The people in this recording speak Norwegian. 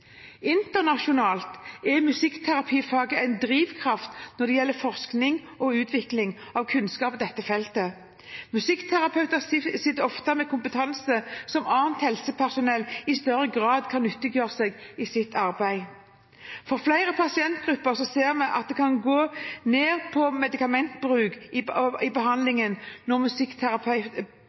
Internasjonalt er musikkterapifaget en drivkraft når det gjelder forskning og utvikling av kunnskap på dette feltet. Musikkterapeuter sitter ofte med kompetanse som annet helsepersonell i større grad kan nyttiggjøre seg i sitt arbeid. For flere pasientgrupper ser vi at medikamentbruken kan gå ned når musikkterapien kommer inn som en del av behandlingen. Dette ser vi innen både rus, psykisk helse og